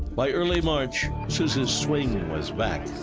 by early march, souza's swing was back.